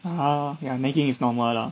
uh ya nagging is normal lah